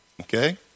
Okay